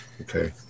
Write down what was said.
okay